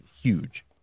huge